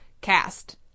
cast